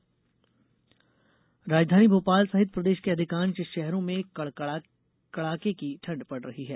मौसम राजधानी भोपाल सहित प्रदेश के अधिकांश शहरों में कड़ाके की ठंड पड़ रही है